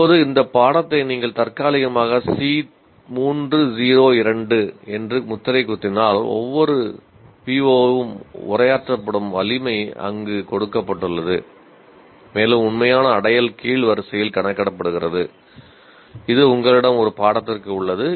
இப்போது இந்த பாடத்தை நீங்கள் தற்காலிகமாக C302 என்று முத்திரை குத்தினால் ஒவ்வொரு POயும் உரையாற்றப்படும் வலிமை அங்கு கொடுக்கப்பட்டுள்ளது மேலும் உண்மையான அடையல் கீழ் வரிசையில் கணக்கிடப்படுகிறது இது உங்களிடம் ஒரு பாடத்திற்கு உள்ளது